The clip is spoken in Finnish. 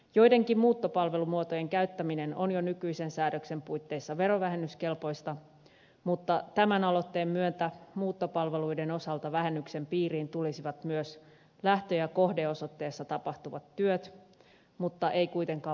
joidenkin muuttopalvelumuotojen käyttäminen on jo nykyisen säädöksen puitteissa verovähennyskelpoista mutta tämän aloitteen myötä muuttopalveluiden osalta vähennyksen piiriin tulisivat myös lähtö ja kohde osoitteessa tapahtuvat työt mutta ei kuitenkaan varsinainen kuljetus